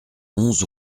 onze